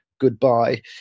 goodbye